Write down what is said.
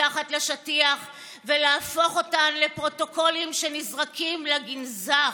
מתחת לשטיח ולהפוך אותן לפרוטוקולים שנזרקים לגנזך.